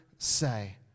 say